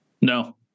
No